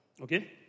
Okay